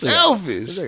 Selfish